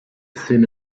thin